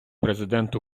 президент